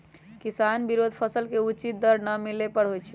किसान विरोध फसल के उचित दर न मिले पर होई छै